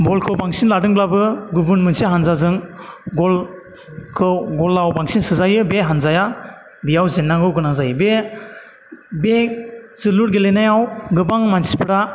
बलखौ बांसिन लादोंब्लाबो गुबुन मोनसे हान्जाजों गलखौ गलाव बांसिन सोजायो बे हान्जाया बेयाव जेन्नांगौ गोनां जायो बे बे जोलुर गेलेनायाव गोबां मानसिफ्रा